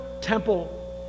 temple